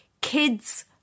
kids